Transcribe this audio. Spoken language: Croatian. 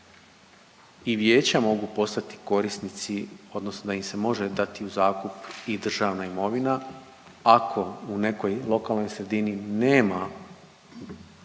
i vijeća mogu postati korisnici odnosno da im se može dati u zakup i državna imovina ako u nekoj lokalnoj sredini nema adekvatne